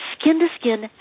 Skin-to-skin